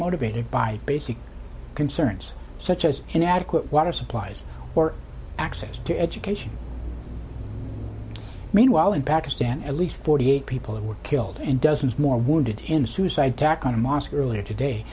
motivated by basic concerns such as inadequate water supplies or access to education meanwhile in pakistan at least forty eight people who were killed and dozens more wounded in a suicide attack on a mosque earlier today